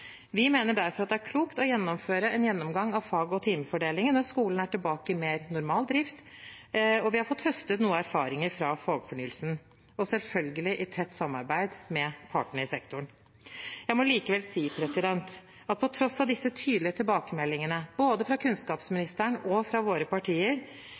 Vi mener derfor at det er klokt å gjennomføre en gjennomgang av fag- og timefordelingen når skolene er tilbake i mer normal drift og vi har fått høstet noen erfaringer fra fagfornyelsen – selvfølgelig i tett samarbeid med partene i sektoren. Jeg må likevel si at på tross av disse tydelige tilbakemeldingene både fra kunnskapsministeren og fra våre partier